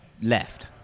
left